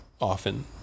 often